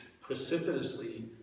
precipitously